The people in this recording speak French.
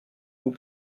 vous